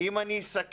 אם אני אסכם,